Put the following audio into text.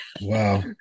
Wow